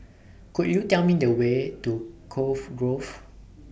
Could YOU Tell Me The Way to Cove Grove